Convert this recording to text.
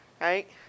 right